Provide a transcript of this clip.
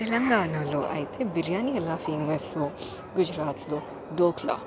తెలంగాణాలో అయితే బిర్యానీ ఎలా ఫేమస్సో గుజరాత్లో డోక్లా